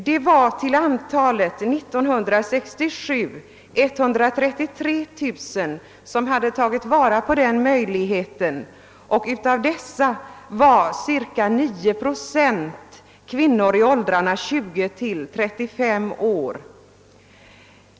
År 1967 tog 133 000 hemmafruar vara på den möjligheten, och av dessa var cirka 9 procent mellan 20 och 35 år.